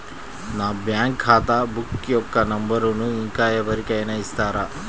నా బ్యాంక్ ఖాతా బుక్ యొక్క నంబరును ఇంకా ఎవరి కైనా ఇస్తారా?